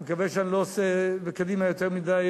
אני מקווה שאני לא מתערב בקדימה יותר מדי,